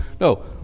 No